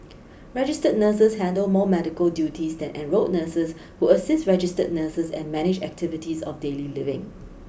registered nurses handle more medical duties than enrolled nurses who assist registered nurses and manage activities of daily living